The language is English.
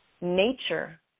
nature